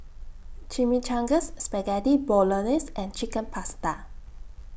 Chimichangas Spaghetti Bolognese and Chicken Pasta